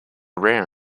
rare